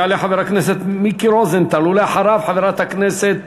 יעלה חבר הכנסת מיקי רוזנטל, ואחריו, חברת הכנסת